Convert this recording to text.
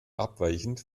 abweichend